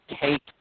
take